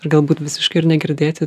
ir galbūt visiškai ir negirdėti